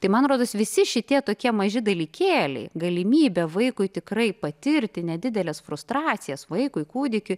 tai man rodos visi šitie tokie maži dalykėliai galimybė vaikui tikrai patirti nedideles frustracijas vaikui kūdikiui